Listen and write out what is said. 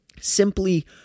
simply